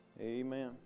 Amen